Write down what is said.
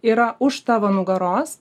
yra už tavo nugaros